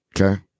Okay